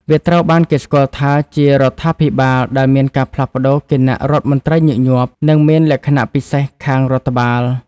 វាត្រូវបានគេស្គាល់ថាជារដ្ឋាភិបាលដែលមានការផ្លាស់ប្តូរគណៈរដ្ឋមន្ត្រីញឹកញាប់ និងមានលក្ខណៈពិសេសខាងរដ្ឋបាល។